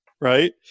right